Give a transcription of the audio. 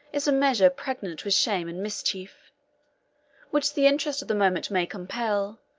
is a measure pregnant with shame and mischief which the interest of the moment may compel,